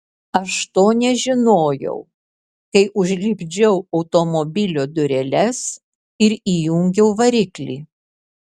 aš to nežinojau kai užlipdžiau automobilio dureles ir įjungiau variklį